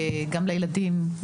גם לילדים,